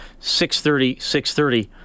630-630